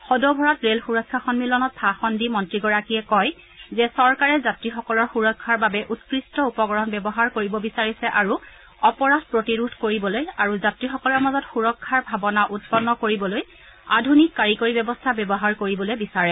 সদৌ ভাৰত ৰে'ল সূৰক্ষা সম্মিলনত ভাষণ দি মন্ত্ৰীগৰাকীয়ে কয় যে চৰকাৰে যাত্ৰীসকলৰ সুৰক্ষাৰ বাবে উৎকৃষ্ট উপকৰণ ব্যৱহাৰ কৰিব বিচাৰিছে আৰু অপৰাধ প্ৰতিৰোধ কৰিবলৈ আৰু যাত্ৰীসকলৰ মাজত সুৰক্ষাৰ ভাবনা উৎপন্ন কৰিবলৈ আধুনিক কাৰিকৰী ব্যৱস্থা ব্যৱহাৰ কৰিবলৈ বিচাৰে